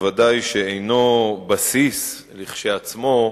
וודאי שאינו בסיס כשלעצמו.